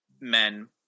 men